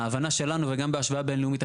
ההבנה שלנו וגם בהשוואה בין לאומית,